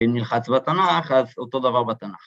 אם נלחץ בתנ״ך, אז אותו דבר בתנ״ך.